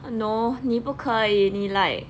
err no 你不可以你 like